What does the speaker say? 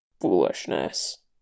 Foolishness